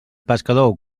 pescador